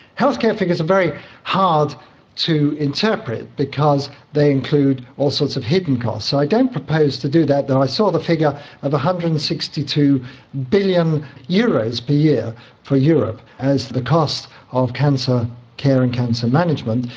healthcare figures are very hard to interpret because they include all sorts of hidden costs, so i don't propose to do that, though i saw the figure of one hundred and sixty two billion euros per year for europe as the cost of cancer care and cancer management.